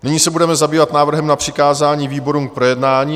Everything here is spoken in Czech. Nyní se budeme zabývat návrhem na přikázání výborům k projednání.